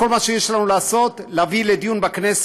כל מה שיש לנו לעשות הוא להביא לדיון בכנסת,